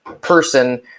person